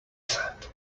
said